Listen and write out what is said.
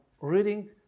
reading